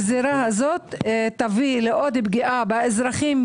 הגזירה הזאת תביא לעוד פגיעה באזרחים,